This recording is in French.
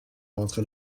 entre